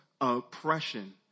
oppression